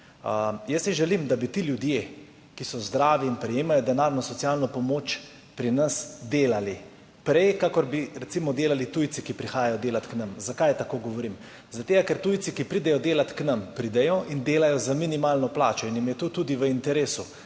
Jaz si želim, da bi ti ljudje, ki so zdravi in prejemajo denarno socialno pomoč, pri nas delali. Prej kakor bi recimo delali tujci, ki prihajajo delat k nam. Zakaj tako govorim? Zaradi tega ker tujci, ki pridejo delat k nam, pridejo in delajo za minimalno plačo in jim je to tudi v interesu.